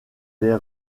les